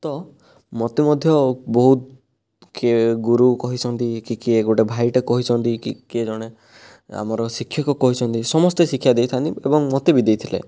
ତ ମୋତେ ମଧ୍ୟ ବହୁତ କିଏ ଗୁରୁ କହିଛନ୍ତି କି କିଏ ଗୋଟିଏ ଭାଇ ଟିଏ କହିଛନ୍ତି କି କିଏ ଜଣେ ଆମର ଶିକ୍ଷକ କହିଛନ୍ତି ସମସ୍ତେ ଶିକ୍ଷା ଦେଇଥାନ୍ତି ଏବଂ ମୋତେ ଭି ଦେଇଥିଲେ